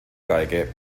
geige